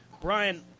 Brian –